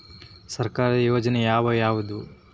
ಸರ್ಕಾರದ ಯೋಜನೆ ಯಾವ್ ಯಾವ್ದ್?